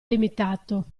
limitato